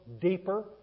deeper